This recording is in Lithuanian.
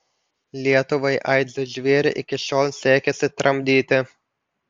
lietuvai aids žvėrį iki šiol sekėsi tramdyti